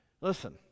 listen